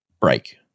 break